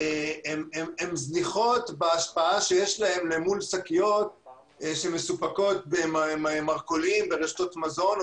הן זניחות בהשפעה שיש להן אל מול שקיות שמסופקות במרכולים ורשתות מזון,